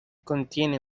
contiene